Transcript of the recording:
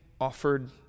offered